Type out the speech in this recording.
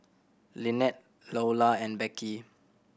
Lynnette Loula and Beckie